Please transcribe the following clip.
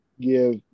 give